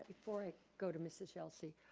before i go to mrs. yelsey,